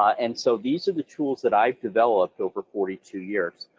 ah and so these are the tools that i've developed over forty two years.